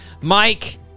Mike